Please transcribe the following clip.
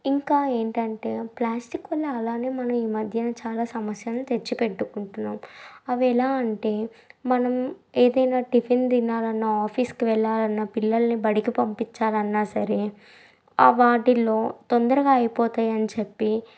ఇంకా ఏంటంటే ప్లాస్టిక్ వల్ల అలాగే మనం ఈ మధ్యన చాలా సమస్యను తెచ్చి పెట్టుకుంటున్నాం అవి ఎలా అంటే మనం ఏదైనా టిఫిన్ తినాలన్న ఆఫీస్కి వెళ్ళాలన్నా పిల్లల్ని బడికి పంపించాలన్నా సరే ఆ వాటిలో తొందరగా అయిపోతాయి అని చెప్పి